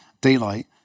daylight